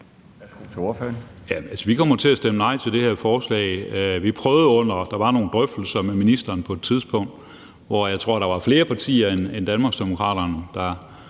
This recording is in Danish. Vi kommer til at stemme nej til det her forslag. Der var nogle drøftelser med ministeren på et tidspunkt, hvor jeg tror der var flere partier end Danmarksdemokraterne, der